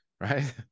right